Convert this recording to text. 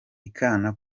ihakana